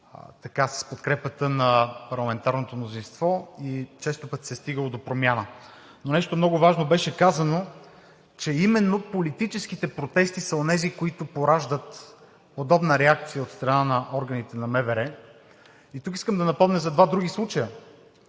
били с подкрепата на парламентарното мнозинство и често пъти се е стигало до промяна. Но нещо много важно беше казано, че именно политическите протести са онези, които пораждат подобна реакция от страна на органите на МВР и тук искам да напомня за два други случая.